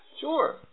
Sure